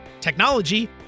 technology